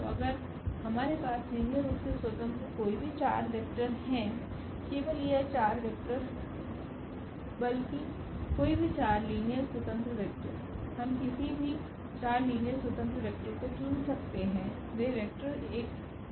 तो अगर हमारे पास लीनियर रूप से स्वतंत्र कोई भी 4 वेक्टर हैं केवल यह 4 वेक्टर बल्कि कोई भी 4 लीनियर स्वतंत्र वेक्टर हम किसी भी 4 लीनियर स्वतंत्र वेक्टर को चुन सकते हैं वे वेक्टर एक बेसिस बनाएंगे